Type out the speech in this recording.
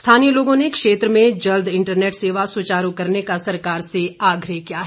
स्थानीय लोगों ने क्षेत्र में जल्द इंटरनेट सेवा सुचारू करने का सरकार से आग्रह किया है